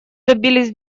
добились